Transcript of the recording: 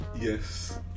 Yes